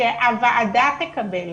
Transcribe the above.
שהוועדה תקבל